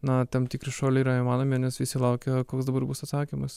nuo tam tikri šuoliai yra įmanomi nes visi laukia koks dabar bus atsakymas